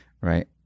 right